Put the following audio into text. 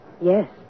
Yes